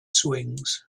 swings